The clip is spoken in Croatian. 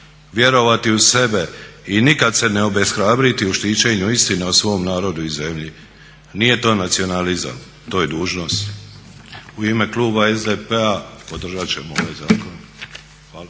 vjerovati u sebe i nikad se ne obeshrabriti u štićenju istine o svom narodu i zemlji. Nije to nacionalizam to je dužnost." Podržat ćemo ovaj zakon u